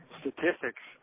statistics